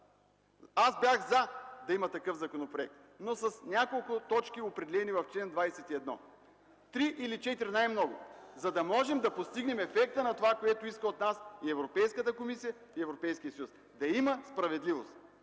Аз бях „за” да има такъв законопроект, но с няколко точки, определени в чл. 21 – три или четири най-много, за да можем да постигнем ефекта на това, което искат от нас Европейската комисия и Европейският съюз – да има справедливост.